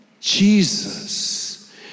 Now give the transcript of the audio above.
Jesus